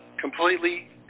completely